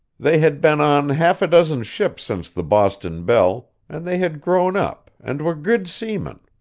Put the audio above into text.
they had been on half a dozen ships since the boston belle, and they had grown up and were good seamen.